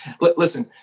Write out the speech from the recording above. listen